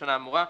בשנה האמורה,